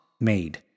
made